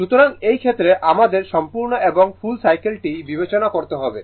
সুতরাং এই ক্ষেত্রে আমাদের সম্পূর্ণ এবং ফুল সাইকেল টি বিবেচনা করতে হবে